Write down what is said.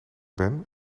ben